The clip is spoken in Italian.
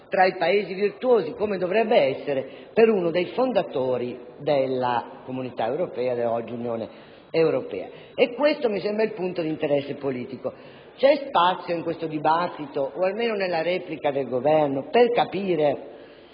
di Paese virtuoso, come dovrebbe essere per uno dei Paesi fondatori della Comunità europea, oggi Unione europea. Questo mi sembra il punto di interesse politico: vorrei sapere se c'è spazio in questo dibattito o almeno nella replica del Governo per capire